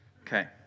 Okay